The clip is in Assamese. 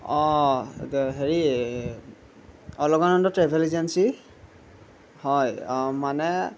অঁ হেৰি অলকানন্দ ট্ৰেভেল এজেঞ্চি হয় মানে